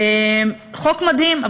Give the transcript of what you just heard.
חוק מדהים,